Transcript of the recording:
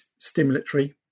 stimulatory